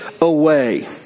away